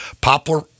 Poplar